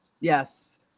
Yes